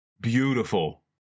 beautiful